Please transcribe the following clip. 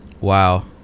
Wow